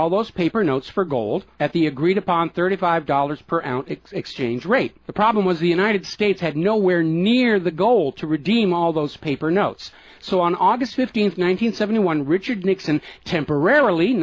all those paper notes for gold at the agreed upon thirty five dollars per hour exchange rate the problem was the united states had no we're near the goal to redeem all those paper notes so on aug fifteenth one hundred seventy one richard nixon temporarily